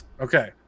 Okay